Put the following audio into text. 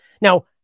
Now